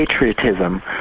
patriotism